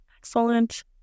Excellent